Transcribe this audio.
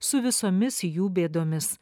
su visomis jų bėdomis